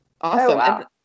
Awesome